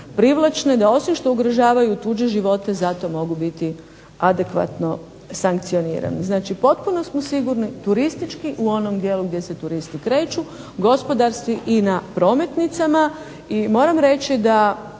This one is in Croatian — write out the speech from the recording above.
privlačena, da osim što ugrožavaju tuđe živote zato mogu biti adekvatno sankcionirani. Dakle, potpuno smo sigurni turistički u onom dijelu gdje se turisti kreću, gospodarski i na prometnicama i moram reći da